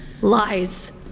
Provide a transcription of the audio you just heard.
Lies